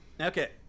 okay